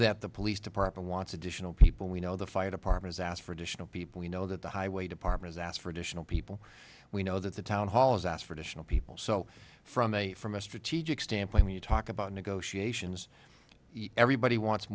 that the police department wants additional people we know the fire departments asked for additional people we know that the highway department asked for additional people we know that the town hall has asked for additional people so from a from a strategic standpoint when you talk about negotiations everybody wants